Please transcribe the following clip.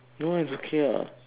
no eh it's okay ah